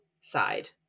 side